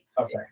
Okay